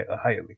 highly